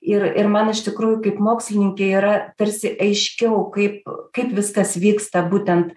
ir ir man iš tikrųjų kaip mokslininkei yra tarsi aiškiau kaip kaip viskas vyksta būtent